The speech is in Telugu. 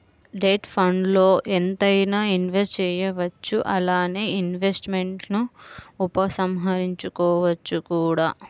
డెట్ ఫండ్స్ల్లో ఎంతైనా ఇన్వెస్ట్ చేయవచ్చు అలానే ఇన్వెస్ట్మెంట్స్ను ఉపసంహరించుకోవచ్చు కూడా